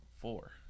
Four